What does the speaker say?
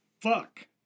fuck